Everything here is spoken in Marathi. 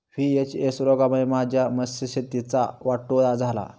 व्ही.एच.एस रोगामुळे माझ्या मत्स्यशेतीचा वाटोळा झाला